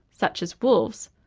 such as wolves,